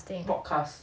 same